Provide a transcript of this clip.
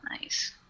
nice